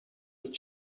ist